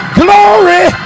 glory